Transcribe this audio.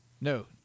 No